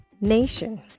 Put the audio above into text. nation